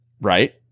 right